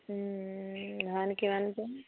ধান কিমান আছে